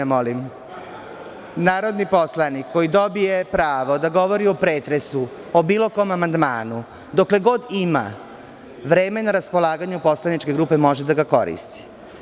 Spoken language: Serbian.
Narodni poslanik koji dobije pravo da govori o pretresu o bilo kom amandmanu, dokle god ima vreme na raspolaganju poslaničke grupe može da ga koristi.